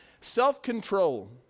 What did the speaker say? self-control